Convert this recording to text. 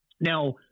Now